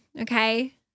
okay